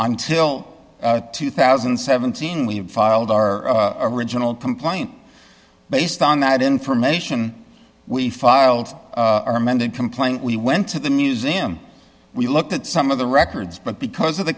until two thousand and seventeen we had filed our original complaint based on that information we filed our amended complaint we went to the museum we looked at some of the records but because of the